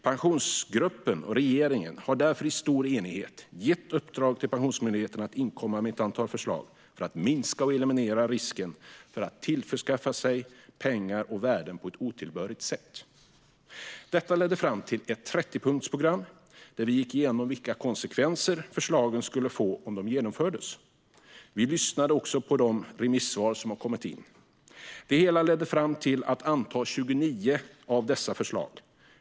Pensionsgruppen och regeringen har därför i stor enighet gett i uppdrag till Pensionsmyndigheten att inkomma med ett antal förslag för att minska och eliminera risken för att man tillförskaffar sig pengar och värden på ett otillbörligt sätt. Detta ledde fram till ett 30-punktsprogram, där vi gick igenom vilka konsekvenser förslagen skulle få om de genomfördes. Vi lyssnade också på de remissvar som kommit in. Det hela ledde fram till antagande av 29 av dessa förslag.